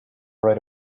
right